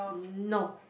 no